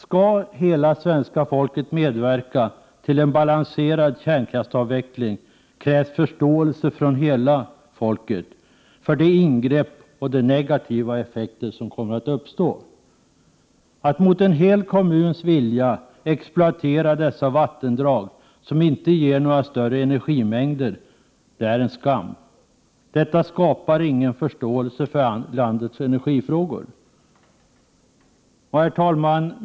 Skall hela svenska folket medverka till balanserad kärnkraftsavveckling krävs förståelse från hela folket för de ingrepp och de negativa effekter som kommer att uppstå. Att mot en hel kommuns vilja exploatera dessa vattendrag, som inte ger några större energimängder, är en skam. Detta skapar ingen förståelse för landets energifrågor. Herr talman!